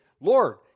Lord